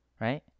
right